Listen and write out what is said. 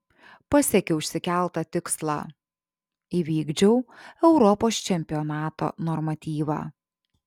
pasiekiau išsikeltą tikslą įvykdžiau europos čempionato normatyvą